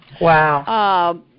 Wow